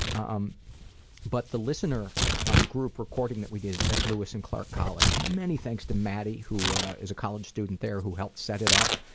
um but the listener group recording we did at lewis and clark college. many thanks to maddie, who is a college student there who helped set it up.